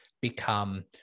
become